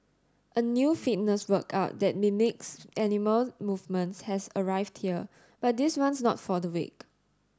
a new fitness workout that mimics animal movements has arrived here but this one's not for the weak